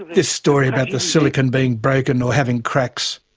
this story about the silicone being broken or having cracks.